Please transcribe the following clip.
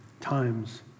times